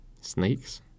Snakes